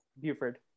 Buford